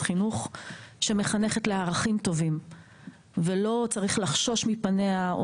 לערכים טובים ושלא צריך לחשוש מפניה.